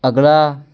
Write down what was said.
ਅਗਲਾ